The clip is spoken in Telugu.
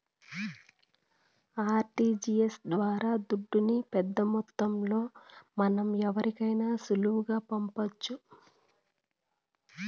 ఆర్టీజీయస్ ద్వారా దుడ్డుని పెద్దమొత్తంలో మనం ఎవరికైనా సులువుగా పంపొచ్చు